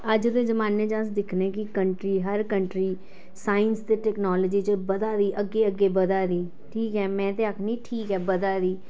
अज्ज दे जमाने च अस दिक्खने आंं कि कंट्री हर कंट्री साइंस ते टेक्नोलॉजी च बधा दी अग्गें अग्गें बधा दी ठीक ऐ में ते आखनी ठीक ऐ बधा दी